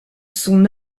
son